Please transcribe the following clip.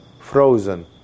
frozen